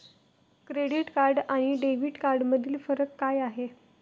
Credit card आणि debit कार्डमधील फरक काय आहे?